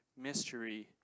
mystery